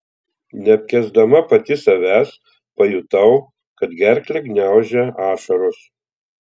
neapkęsdama pati savęs pajutau kad gerklę gniaužia ašaros